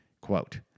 Quote